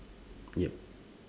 yup